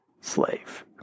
slave